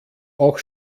auch